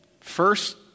first